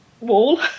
wall